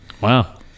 Wow